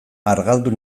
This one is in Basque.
argaldu